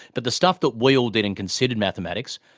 but the stuff that we all did in considered mathematics,